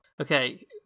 Okay